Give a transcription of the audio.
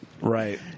Right